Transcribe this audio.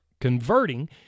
converting